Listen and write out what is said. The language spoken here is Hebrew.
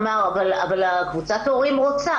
הוא אמר: אבל קבוצת ההורים רוצה,